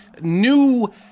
new